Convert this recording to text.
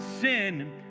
sin